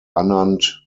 anand